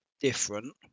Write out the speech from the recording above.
different